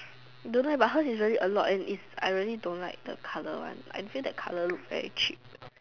don't know eh hers is really a lot and is I really don't like the colour one I feel the colour look very cheap